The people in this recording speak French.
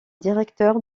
directeur